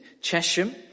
Chesham